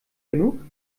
genug